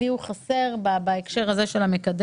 לי הוא חסר בהקשר הזה של המקדם.